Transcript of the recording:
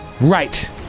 Right